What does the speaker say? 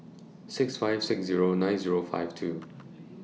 six five six Zero nine Zero five two